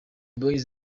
boyz